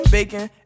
Bacon